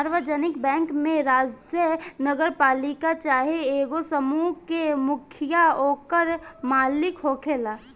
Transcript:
सार्वजानिक बैंक में राज्य, नगरपालिका चाहे एगो समूह के मुखिया ओकर मालिक होखेला